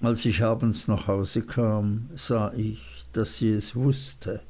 als ich abends nach hause kam sah ich daß sie es wußte